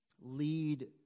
Lead